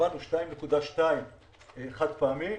קיבלנו 2.2 חד פעמי,